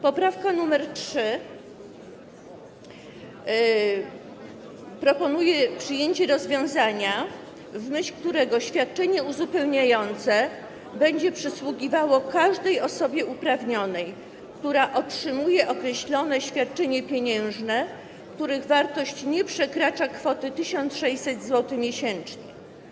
Poprawka nr 3 proponuje przyjęcie rozwiązania, w myśl którego świadczenie uzupełniające będzie przysługiwało każdej osobie uprawnionej, która otrzymuje określone świadczenia pieniężne, których wartość nie przekracza kwoty 1600 zł miesięcznie.